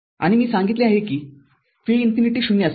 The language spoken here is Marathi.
आणि मी सांगितले आहे की v इन्फिनिटी ० असेल